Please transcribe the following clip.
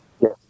Yes